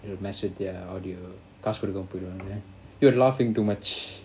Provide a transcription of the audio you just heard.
audio காசுகொடுக்காமபோய்டுவாங்க:kasu kodukkama poiduvanga you're laughing too much